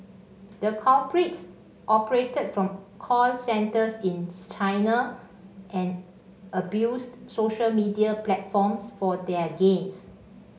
the culprits operated from call centres in China and abused social media platforms for their gains